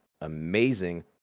amazing